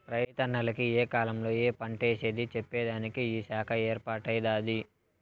రైతన్నల కి ఏ కాలంలో ఏ పంటేసేది చెప్పేదానికి ఈ శాఖ ఏర్పాటై దాది